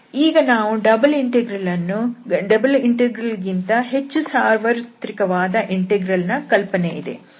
ಈಗ ನಮಗೆ double integral ಗಿಂತ ಹೆಚ್ಚು ಸಾರ್ವತ್ರಿಕವಾದ ಇಂಟೆಗ್ರಲ್ ನ ಕಲ್ಪನೆಯಿದೆ